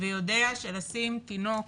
ויודע שלשים תינוק,